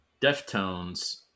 Deftones